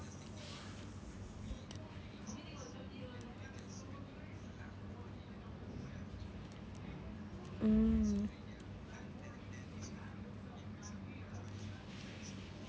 mm